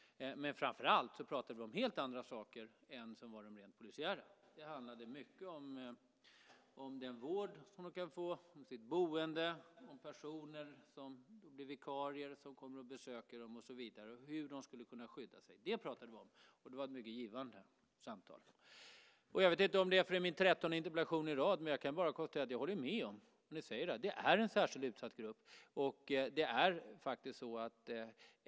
Framför allt pratade vi om helt andra saker än de rent polisiära. Det handlade mycket om den vård som man kan få i sitt boende, om vikarier som kommer och besöker dem och hur de skulle kunna skydda sig. Det pratade vi om. Det var ett mycket givande samtal. Jag vet inte om det är för att det är min 13:e interpellation i rad, men jag kan bara konstatera att jag håller med om att det är en särskilt utsatt grupp.